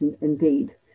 indeed